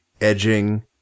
edging